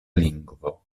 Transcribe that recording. lingvo